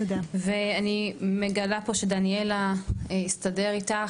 ואני מגלה פה שדניאלה הסתדר איתך,